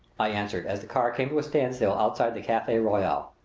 i answered, as the car came to a standstill outside the cafe royal.